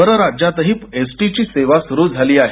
परराज्यांतही एसटीची सेवा सुरू झाली आहे